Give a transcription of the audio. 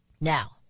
Now